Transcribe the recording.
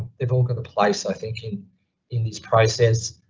they've all got the place i think in in this process.